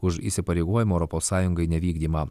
už įsipareigojimų europos sąjungai nevykdymą